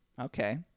Okay